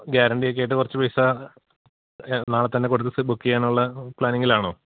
guarantee ഒക്കെ ആയിട്ട് കുറച്ച് പൈസ ആ നാളെ തന്നെ കൊടുത്തിട്ട് ബുക്ക് ചെയ്യാനുള്ള പ്ലാനിങ്ങിലാണോ